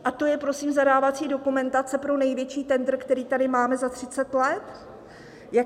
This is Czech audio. A to je prosím zadávací dokumentace pro největší tendr, který tady máme za 30 let.